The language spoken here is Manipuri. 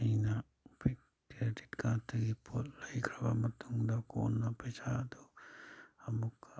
ꯑꯩꯅ ꯀ꯭ꯔꯦꯗꯤꯠ ꯀꯥꯔꯠꯇꯒꯤ ꯄꯣꯠ ꯂꯩꯈ꯭ꯔꯕ ꯃꯇꯨꯡꯗ ꯀꯣꯟꯅ ꯄꯩꯁꯥꯗꯨ ꯑꯃꯨꯛꯀ